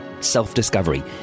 self-discovery